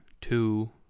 Two